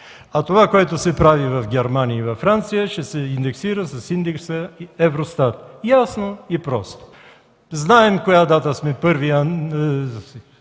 а това, което се прави в Германия и във Франция – ще се индексира с индекса ЕВРОСТАТ. Ясно и просто. Знаем коя дата сме –